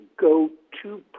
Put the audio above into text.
go-to